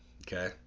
okay